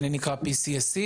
הסכם שני נקרא PCSC,